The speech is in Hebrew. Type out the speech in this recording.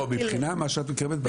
לא, מבחינת מה שאת מתכוונת.